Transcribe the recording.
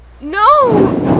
No